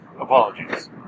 Apologies